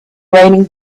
raining